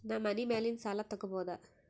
ನಾ ಮನಿ ಮ್ಯಾಲಿನ ಸಾಲ ತಗೋಬಹುದಾ?